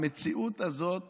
המציאות הזאת